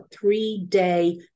three-day